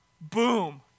Boom